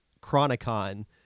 Chronicon